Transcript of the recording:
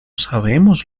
sabemos